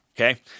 okay